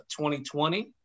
2020